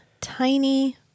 tiny